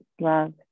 love